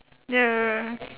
ya